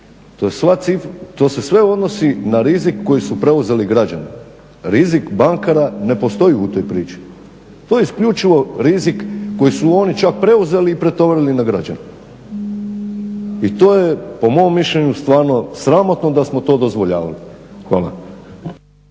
to se sve odnosi na rizik koji su preuzeli građani, rizik bankara ne postoji u toj priči. To je isključivo rizik koji su oni čak preuzeli i pretovarili na građane. I to je po mom mišljenju stvarno sramotno da smo to dozvoljavali. Hvala.